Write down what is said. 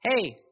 hey